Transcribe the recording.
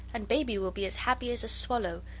and baby will be as happy as a swallow,